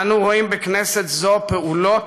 אנו רואים בכנסת זו פעולות,